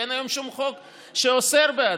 כי אין היום שום חוק שאוסר עליהם.